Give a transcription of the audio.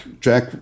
Jack